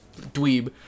dweeb